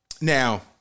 Now